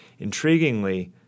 Intriguingly